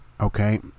okay